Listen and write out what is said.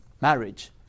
marriage